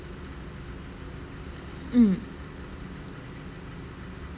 mm